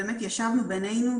באמת ישבנו בינינו,